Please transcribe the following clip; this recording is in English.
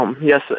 Yes